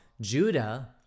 Judah